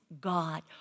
God